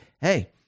hey